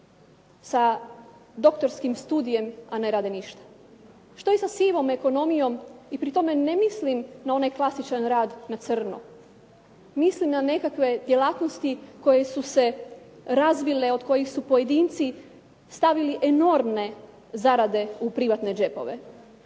sa doktorskim studijem, a ne rade ništa? Što je sa sivom ekonomijom i pri tome ne mislim na onaj klasičan rad na crno. Mislim da nekakve djelatnosti koje su se razvile, od kojih su pojedinci stavili enormne zarade u privatne džepove?